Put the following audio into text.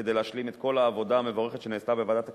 כדי להשלים את כל העבודה המבורכת שנעשתה בוועדת הכלכלה,